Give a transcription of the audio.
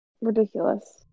ridiculous